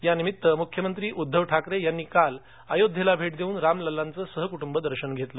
या निमित्त मुख्यमंत्री उद्दव ठाकरे यांनी काल अयोध्येला भेट देऊन रामलल्लाचं सहकुटुंब दर्शन घेतलं